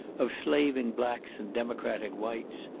of slaving blacks, and democratic whites,